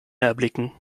erblicken